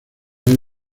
área